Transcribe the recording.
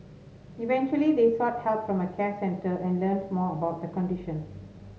eventually they sought help from a care centre and learnt more about the condition